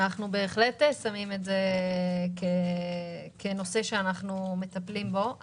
אנחנו בהחלט שמים את זה כנושא שאנחנו מטפלים בו.